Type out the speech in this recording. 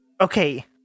Okay